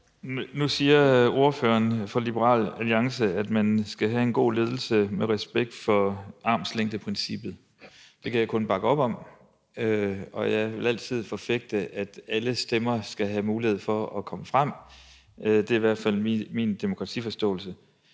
Nu siger ordføreren for Liberal Alliance, at man skal have en god ledelse med respekt for armslængdeprincippet. Det kan jeg kun bakke op om, og jeg vil altid forfægte, at alle stemmer skal have mulighed for at komme frem. Det er i hvert fald min demokratiforståelse.